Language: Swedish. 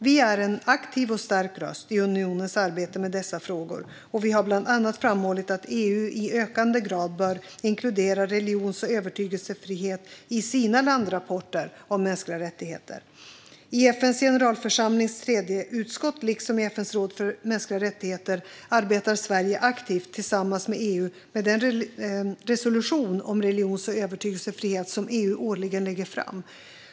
Vi är en aktiv och stark röst i unionens arbete med dessa frågor, och vi har bland annat framhållit att EU i ökande grad bör inkludera religions och övertygelsefrihet i sina landrapporter om mänskliga rättigheter. I FN:s generalförsamlings tredje utskott liksom i FN:s råd för mänskliga rättigheter arbetar Sverige aktivt tillsammans med EU med den resolution om religions och övertygelsefrihet som EU årligen lägger fram.